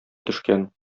төшкән